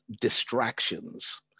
distractions